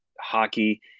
hockey